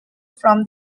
from